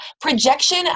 projection